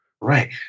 Right